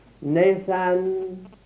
Nathan